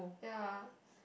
ya